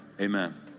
amen